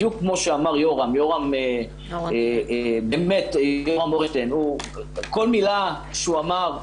בדיוק כפי שאמר יורם, כל מילה שהוא אמר בסלע.